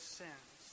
sins